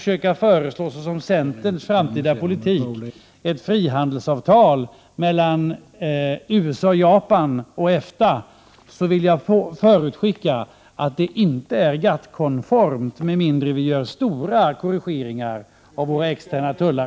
Om man verkligen menar allvar med talet om ett frihandelsavtal mellan USA, Japan och EFTA, vill jag förutskicka att det inte är GATT-konformt, med mindre än att vi gör omfattande korrigeringar beträffande våra externa tullar.